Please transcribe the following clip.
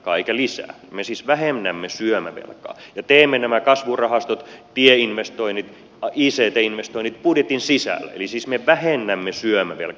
me siis vähennämme syömävelkaa ja teemme nämä kasvurahastot tieinvestoinnit ict investoinnit budjetin sisällä eli siis me vähennämme syömävelkaa